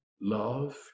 Love